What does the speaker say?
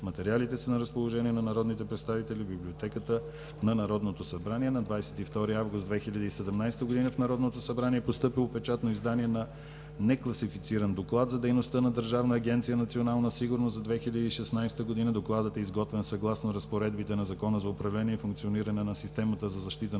Материалите са на разположение на народните представители в Библиотеката на Народното събрание. На 25 август 2017 г. в Народното събрание е постъпило печатно издание на некласифициран Доклад за дейността на Държавна агенция „Национална сигурност“ за 2016 г. Докладът е изготвен съгласно разпоредбите на Закона за управление на системата за защита на